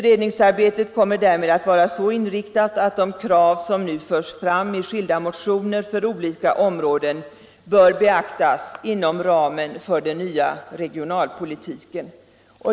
Utredningsarbetet kommer därmed att vara så inriktat att de krav som nu förs fram i skilda motioner för olika områden bör beaktas inom ramen för den nya regionalpolitiken.